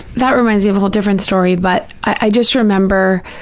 that reminds me of a whole different story, but i just remember,